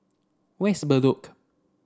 where is Bedok